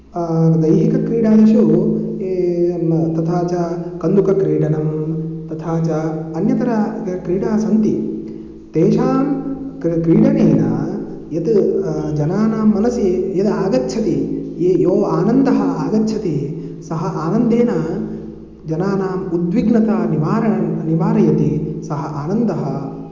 दैहिकक्रीडादिषु म् तथा च कन्दुकक्रीडनं तथा च अन्यतर क् क्रीडाः सन्ति तेषां क् क्रीडनेन यत् जनानां मनसि यद् आगच्छति ये यो आनन्दः आगच्छति सः आनन्देन जनानाम् उद्विग्नता निवारण् निवारयति सः आनन्दः